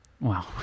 Wow